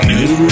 New